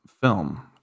film